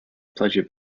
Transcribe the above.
pleasure